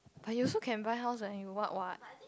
but you also can buy house when you what what